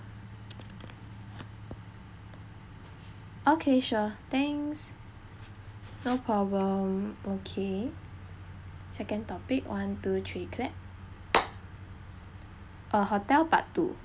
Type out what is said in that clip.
okay sure thanks no problem okay second topic one two three clap uh hotel part two